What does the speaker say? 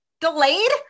delayed